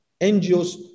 NGOs